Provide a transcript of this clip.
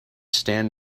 stand